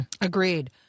Agreed